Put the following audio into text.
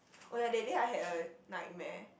oh ya that day I had a nightmare